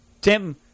Tim